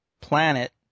planet